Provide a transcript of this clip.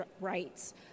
rights